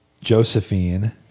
Josephine